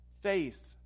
faith